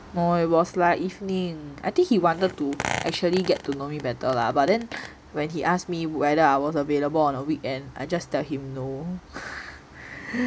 no it was like evening I think he wanted to actually get to know me better lah but then when he asked me whether I was available on a weekend I just tell him no